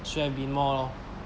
should have been more lor